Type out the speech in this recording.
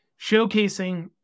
showcasing